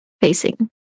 facing